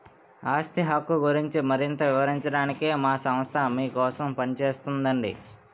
ఆస్తి హక్కు గురించి మరింత వివరించడానికే మా సంస్థ మీకోసం పనిచేస్తోందండి